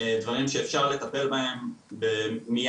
דברים שאפשר לטפל בהם מייד,